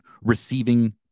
receiving